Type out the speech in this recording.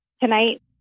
Tonight